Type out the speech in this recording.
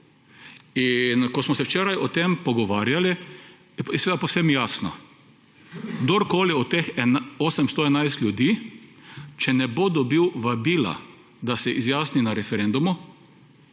In ko smo se včeraj o tem pogovarjali, je seveda povsem jasno. Kdorkoli od teh 811 ljudi, če ne bo dobil vabila, da se izjasni na referendumu,